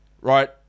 Right